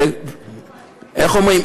איך אומרים?